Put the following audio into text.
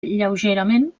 lleugerament